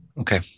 Okay